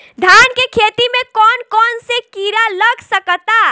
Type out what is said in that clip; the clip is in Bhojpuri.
धान के खेती में कौन कौन से किड़ा लग सकता?